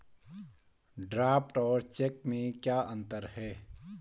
Draft और cheque में क्या अंतर है?